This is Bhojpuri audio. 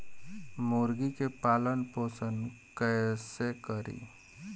मुर्गी के पालन पोषण कैसे करी?